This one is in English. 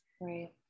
Right